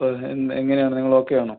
അപ്പം അതിന് എങ്ങനെയാണ് നിങ്ങൾ ഒക്കെ ആണൊ